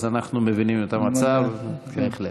אנחנו מבינים את המצב בהחלט.